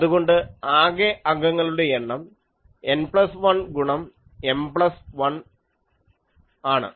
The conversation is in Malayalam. അതുകൊണ്ട് ആകെ അംഗങ്ങളുടെ എണ്ണം N പ്ലസ് 1 ഗുണം M പ്ലസ് 1 ആണ്